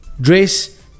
dress